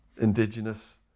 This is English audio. indigenous